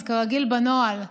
אז כרגיל, בנוהל: